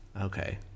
Okay